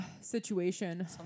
situation